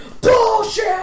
bullshit